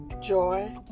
joy